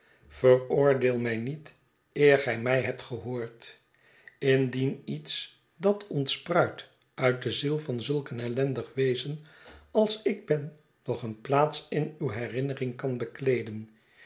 veroordeel mij niet eer gij mij hebt gehoord indien iets dat ontspruit uit de ziel van zulk een ellendig wezen als ik ben nog een plaats in uw herinnering kan bekleeden